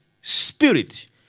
spirit